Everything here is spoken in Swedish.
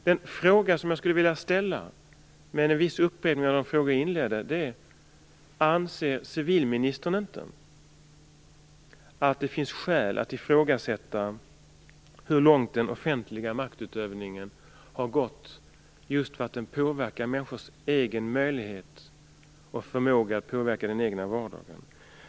Den fråga som jag skulle vilja ställa, med en viss upprepning av den fråga som jag inledde med är: Anser civilministern inte att det finns skäl att ifrågasätta den offentliga maktutövningen, hur långt den får gå? Det har betydelse för människors egen möjlighet och förmåga att påverka den egna vardagen.